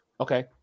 Okay